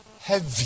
Heavy